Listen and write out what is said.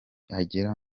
agera